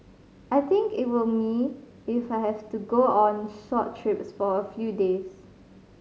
I think it will me if I have to go on short trips for a few days